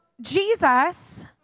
Jesus